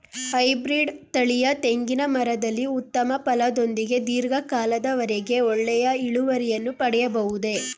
Hybrid ತಳಿಯ ತೆಂಗಿನ ಮರದಲ್ಲಿ ಉತ್ತಮ ಫಲದೊಂದಿಗೆ ಧೀರ್ಘ ಕಾಲದ ವರೆಗೆ ಒಳ್ಳೆಯ ಇಳುವರಿಯನ್ನು ಪಡೆಯಬಹುದೇ?